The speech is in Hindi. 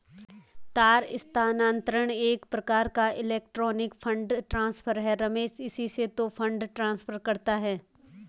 तार स्थानांतरण एक प्रकार का इलेक्ट्रोनिक फण्ड ट्रांसफर है रमेश इसी से तो फंड ट्रांसफर करता है